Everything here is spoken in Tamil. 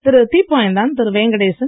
திரு தீப்பாய்ந்தான் திரு வேங்கடேசன்